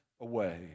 away